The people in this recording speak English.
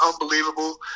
unbelievable